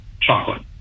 chocolate